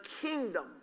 kingdom